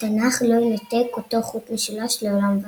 - התנ"ך - לא יינתק אותו חוט משולש לעולם ועד...".